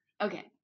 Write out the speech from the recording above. Okay